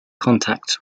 contacts